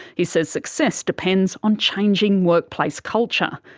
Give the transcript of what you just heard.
he says success depends on changing workplace culture.